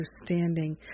understanding